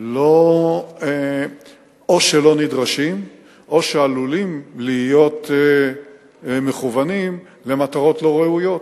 או שלא נדרשים או שעלולים להיות מכוונים למטרות לא ראויות.